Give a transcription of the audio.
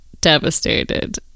Devastated